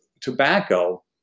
tobacco